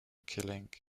killing